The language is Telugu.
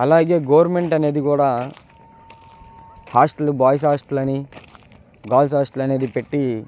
అలాగే గవర్నమెంట్ అనేది కూడా హాస్టల్ బాయ్స్ హాస్టల్ అని గర్ల్స్ హాస్టల్ అనేది పెట్టి